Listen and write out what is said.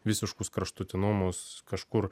visiškus kraštutinumus kažkur